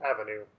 Avenue